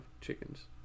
chickens